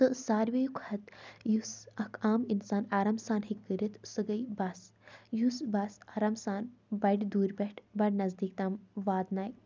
تہٕ ساروِی کھۄتہٕ یُس اَکھ عام اِنسان آرام سان ہیٚکہِ کٔرِتھ سُہ گٔے بَس یُس بَس آرام سان بَڑِ دوٗرِ پٮ۪ٹھ بَڑِ نَزدیٖک تام واتنایہِ